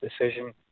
decision